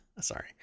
Sorry